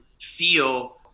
feel